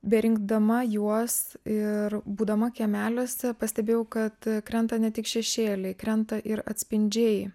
berinkdama juos ir būdama kiemeliuose pastebėjau kad krenta ne tik šešėliai krenta ir atspindžiai